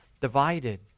divided